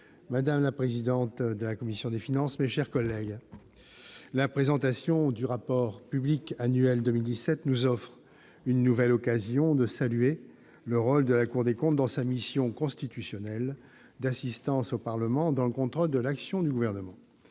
madame la présidente de la commission des finances, mes chers collègues, la présentation du rapport public annuel 2017 nous offre une nouvelle occasion de saluer le rôle de la Cour des comptes dans sa mission constitutionnelle d'assistance au Parlement dans le contrôle de l'action du Gouvernement.